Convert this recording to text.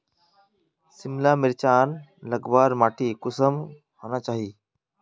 सिमला मिर्चान लगवार माटी कुंसम होना चही?